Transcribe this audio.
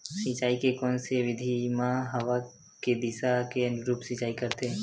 सिंचाई के कोन से विधि म हवा के दिशा के अनुरूप सिंचाई करथे?